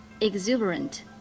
exuberant